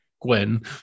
Gwen